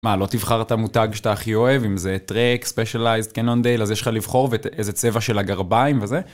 מה, לא תבחר את המותג שאתה הכי אוהב, אם זה טרק, ספיישליזט, קנון דייל, אז יש לך לבחור איזה צבע של הגרביים וזה.